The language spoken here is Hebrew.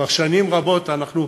כבר שנים רבות אנחנו,